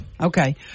Okay